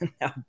now